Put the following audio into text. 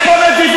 כי אתה לא מדווח.